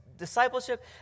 discipleship